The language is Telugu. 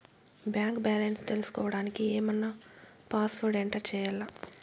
బ్యాంకు బ్యాలెన్స్ తెలుసుకోవడానికి ఏమన్నా పాస్వర్డ్ ఎంటర్ చేయాలా?